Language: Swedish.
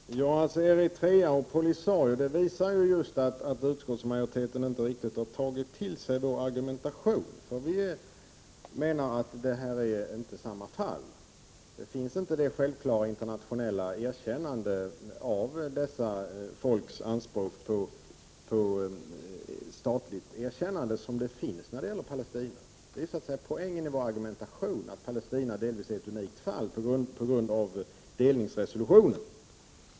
Herr talman! Talet om Eritrea och Polisario visar ju att utskottsmajoriteten inte riktigt har tagit till sig vår argumentation. Vi menar att detta inte är samma fall. Här finns inte det självklara internationella erkännandet av dessa folks anspråk på en stat som finns när det gäller Palestina. Det är så att säga poängen i vår argumentation att Palestina delvis är ett unikt fall på grund av delningsresolutionen.